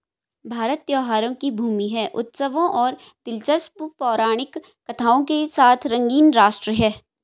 भारत त्योहारों की भूमि है, उत्सवों और दिलचस्प पौराणिक कथाओं के साथ रंगीन राष्ट्र है